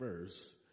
verse